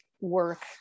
work